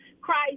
Christ